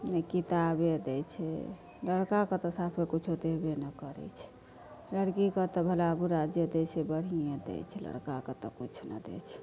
नहि किताबे दै छै लड़काके तऽ साफे किछु देबे नहि करै छै लड़कीके तऽ भला बुरा जे दै छै बढ़िए दै छै लड़काके तऽ किछु नहि दै छै